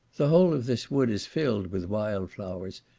the whole of this wood is filled with wild flowers,